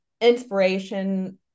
inspiration